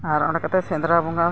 ᱟᱨ ᱚᱱᱟ ᱠᱟᱛᱮᱫ ᱥᱮᱸᱫᱽᱨᱟ ᱵᱚᱸᱜᱟ